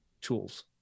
tools